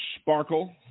Sparkle